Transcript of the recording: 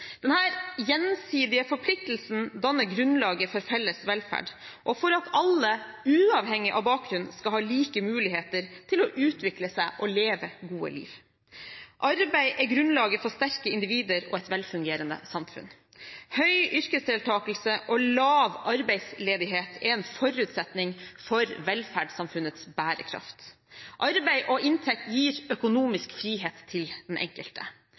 gjensidige forpliktelsen danner grunnlaget for felles velferd og for at alle, uavhengig av bakgrunn, skal ha like muligheter til å utvikle seg og leve gode liv. Arbeid er grunnlaget for sterke individer og et velfungerende samfunn. Høy yrkesdeltakelse og lav arbeidsledighet er en forutsetning for velferdssamfunnets bærekraft. Arbeid og inntekt gir økonomisk frihet til den enkelte.